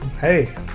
Hey